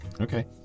Okay